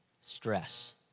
Stress